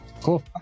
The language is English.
Cool